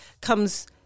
comes